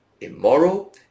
immoral